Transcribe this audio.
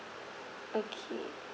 okay